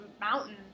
mountain